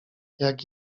jak